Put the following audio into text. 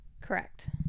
Correct